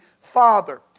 Father